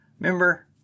Remember